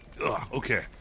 Okay